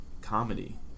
comedy